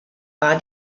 war